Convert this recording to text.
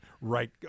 right